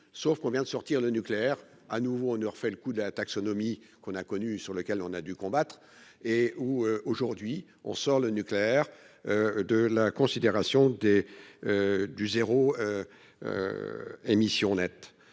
sauf qu'on vient de sortir le nucléaire à nouveau on ne refait le coup de la taxonomie qu'on a connu sur lequel on a dû combattre et où aujourd'hui on sort le nucléaire. De la considération des. Du zéro. Émission nette.